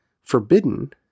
forbidden